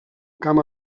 camp